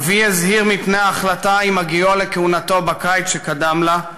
אבי הזהיר מפני ההחלטה עם הגיעו לכהונתו בקיץ שקדם לקבלתה,